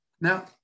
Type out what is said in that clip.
Now